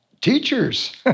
teachers